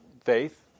faith